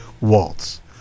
Waltz